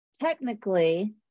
technically